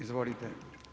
Izvolite.